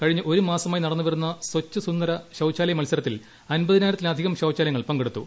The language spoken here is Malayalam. കഴിഞ്ഞ ഒരുമാസമായി നടന്നുവരുന്ന സ്വച്ച് സുന്ദര ശൌചാലയ മത്സരത്തിൽ അൻപതിനായിരത്തിലധികം ശൌചാലയങ്ങൾ പങ്കെടുത്തു